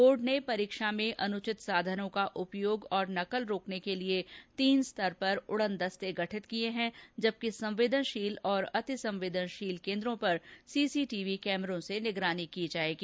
board ने परीक्षा में अनुचित साधनों का उपयोग एवं नकल रोकने के लिए तीन स्तर पर उड़न दस्ते गठित किए हैंजबकि संवेदनशील एवं अतिसंवेदनशील केंद्रों पर सीसीटीवी कैमरों से निगरानी की जाएगी